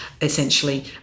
essentially